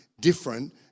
different